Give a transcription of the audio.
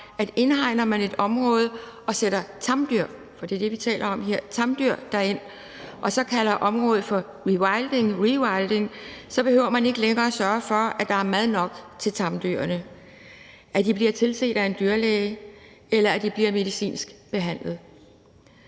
derind – for det er det, vi taler om her – og så kalder området for rewilding, så behøver man ikke længere sørge for, at der er mad nok til tamdyrene, at de bliver tilset af en dyrlæge, eller at de bliver medicinsk behandlet.